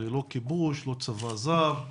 זה לא כיבוש, לא צבא זר,